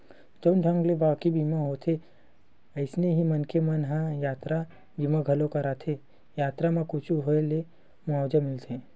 जउन ढंग ले बाकी बीमा होथे अइसने ही मनखे मन ह यातरा बीमा घलोक कराथे यातरा म कुछु होय ले मुवाजा मिलथे